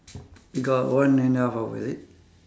got one and a half hour is it